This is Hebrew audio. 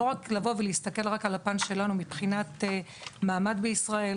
לא רק לבוא ולהסתכל רק על הפן שלנו מבחינת מעמד בישראל.